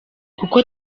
kuko